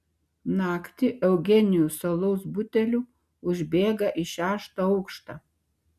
naktį eugenijus su alaus buteliu užbėga į šeštą aukštą